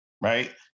right